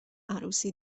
عروسی